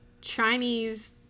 chinese